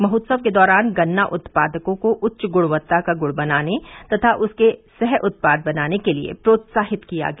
महोत्सव के दौरान गन्ना उत्पादकों को उच्च ग्णवत्ता का ग्रुड बनाने तथा उसके सह उत्पाद बनाने के लिए प्रोत्साहित किया गया